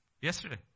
Yesterday